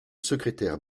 secrétaire